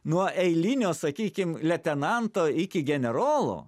nuo eilinio sakykim letenanto iki generolo